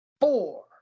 four